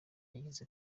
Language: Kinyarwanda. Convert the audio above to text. yagize